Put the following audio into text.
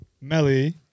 Melly